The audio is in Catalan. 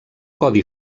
codi